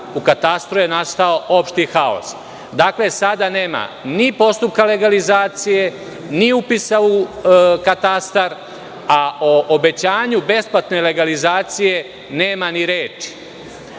u katastru je nastao opšti haos. Dakle, sada nema ni postupka legalizacije, ni upisa u katastar, a o obećanju besplatne legalizacije nema ni